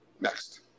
Next